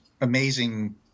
amazing